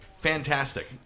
Fantastic